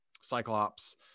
cyclops